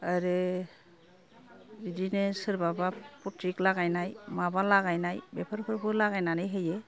आरो बिदिनो सोरबाबा फटिक लागायनाय माबा लागायनाय बेफोरखौबो लागायनानै होयो